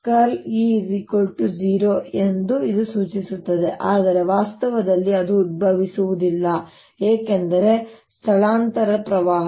ಆದ್ದರಿಂದ ಈ B 0 ಎಂದು ಇದು ಸೂಚಿಸುತ್ತದೆ ಆದರೆ ವಾಸ್ತವದಲ್ಲಿ ಅದು ಉದ್ಭವಿಸುವುದಿಲ್ಲ ಏಕೆಂದರೆ ಸ್ಥಳಾಂತರದ ಪ್ರವಾಹ